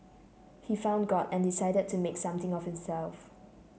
he found God and decided to make something of himself